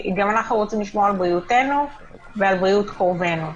גם אנחנו רוצים לשמור על בריאותנו ועל בריאות קרובינו.